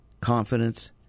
confidence